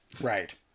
Right